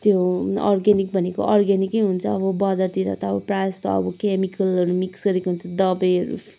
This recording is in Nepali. त्यो अर्ग्यानिक भनेको अर्ग्यानिकै हुन्छ अब बजारतिर त अब प्रायः जस्तो अब केमिकलहरू मिक्स गरेको हुन्छ दबाईहरू